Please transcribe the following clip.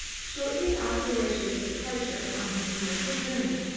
shortly after reshid's departure on his commercial journey,